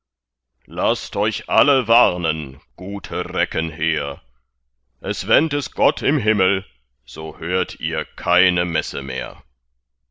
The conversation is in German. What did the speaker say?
laßt euch alle warnen gute recken hehr es wend es gott im himmel so hört ihr keine messe mehr